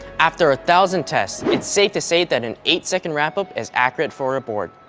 after a thousand tests it's safe to say that an eight second ramp up is accurate for a board.